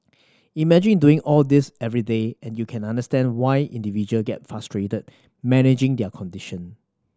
imagine doing all this every day and you can understand why individual get frustrated managing their condition